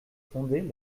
fonder